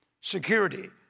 Security